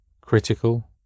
critical